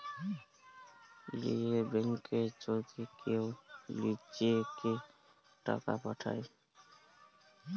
লীযের ব্যাংকে যদি কেউ লিজেঁকে টাকা পাঠায়